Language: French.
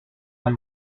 nous